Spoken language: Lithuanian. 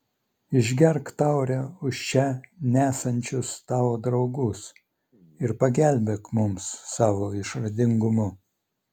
išgerk taurę už čia nesančius tavo draugus ir pagelbėk mums savo išradingumu